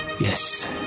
Yes